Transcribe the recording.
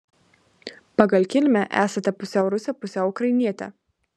pagal kilmę esate pusiau rusė pusiau ukrainietė